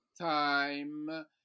time